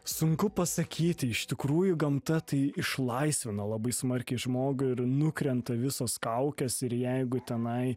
sunku pasakyti iš tikrųjų gamta tai išlaisvina labai smarkiai žmogų ir nukrenta visos kaukės ir jeigu tenai